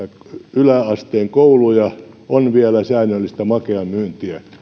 yläasteen kouluja on vielä säännöllistä makean myyntiä